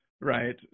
Right